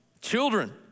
Children